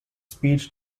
speech